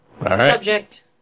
Subject